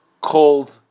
called